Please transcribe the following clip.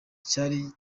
cyari